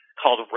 called